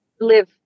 live